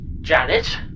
Janet